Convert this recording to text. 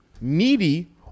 needy